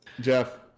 Jeff